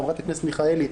חברת הכנסת מיכאלי.